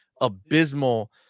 abysmal